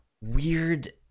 weird